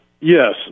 yes